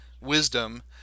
wisdom